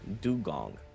Dugong